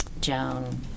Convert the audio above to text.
Joan